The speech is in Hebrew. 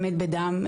באמת בדם,